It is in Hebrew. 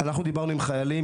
דיברנו עם חיילים,